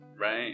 Right